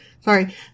Sorry